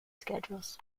schedules